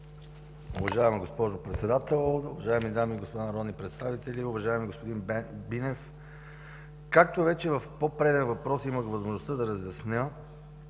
Уважаема госпожо Председател, уважаеми дами и господа народни представители, уважаеми господин Бинев! Както вече в по-преден въпрос имах възможността да разясня,